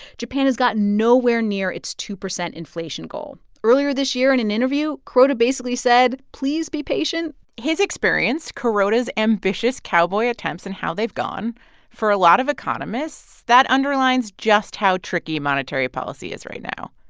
japan has gotten nowhere near its two percent inflation goal. earlier this year in an interview, kuroda basically said, please be patient his experience, kuroda's ambitious cowboy attempts and how they've gone, for a lot of economists, that underlines just how tricky monetary policy is right now.